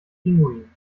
pinguin